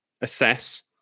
assess